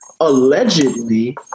Allegedly